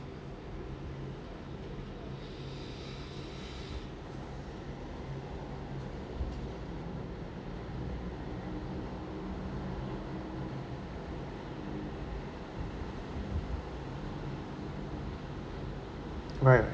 right right